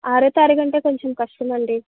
ఆరో తారీఖు అంటే కొంచెం కష్టమండి